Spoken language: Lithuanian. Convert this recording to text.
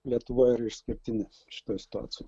lietuva yra išskirtinis šitoj situacijoj